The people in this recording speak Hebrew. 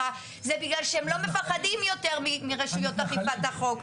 זה בגלל שהם לא מפחדים יותר מרשויות אכיפת החוק.